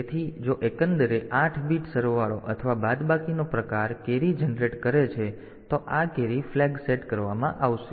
તેથી જો એકંદરે 8 બીટ સરવાળો અથવા બાદબાકીનો પ્રકાર કેરી જનરેટ કરે છે તો આ કેરી ફ્લેગ સેટ કરવામાં આવશે